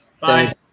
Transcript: bye